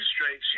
straight